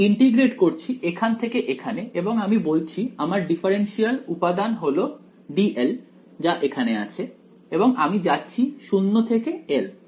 আমি ইন্টিগ্রেট করছি এখান থেকে এখানে এবং আমি বলছি আমার ডিফারেনশিয়াল উপাদান হলো dl যা এখানে আছে এবং আমি যাচ্ছি 0 থেকে l